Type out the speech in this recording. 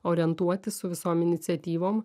orientuotis su visom iniciatyvom